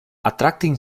attracting